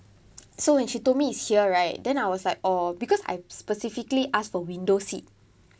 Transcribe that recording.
so when she told me it's here right then I was like oh because I specifically asked for window seat